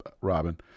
Robin